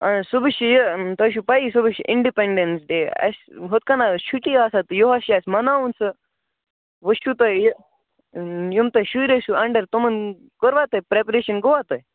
اَہَن حظ صُبحٲے چھُ یہِ تۄہہِ چھَو پَیی صُبحٲے چھِ اِنڈِپٮ۪نٛڈٮ۪نٕس ڈے اَسہِ ہُتھٕ کٔنۍ چھُٹی آسان تہٕ یِہَس چھُ اَسہِ مَناوُن سُہ وُچھِو تُہۍ یِم تۄہہِ شُرۍ ٲسوٕ اَنڈَر تِمَن کوٚروا تۄہہِ پرٛٮ۪پریشَن گوا تۄہہِ